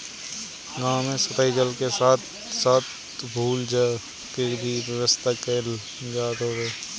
गांव में सतही जल के साथे साथे भू जल के भी व्यवस्था कईल जात हवे